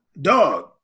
Dog